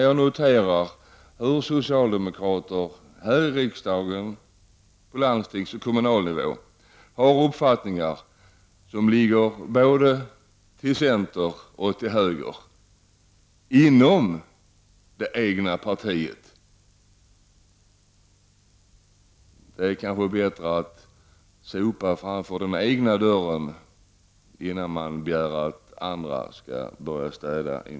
Jag noterar hur socialdemokrater här i riksdagen, på landstingsoch kommunnivå har uppfattningar som ligger både när mare centerns och moderaternas. Det kanske är bäst att sopa framför egen dörr innan man begär att andra skall börja städa.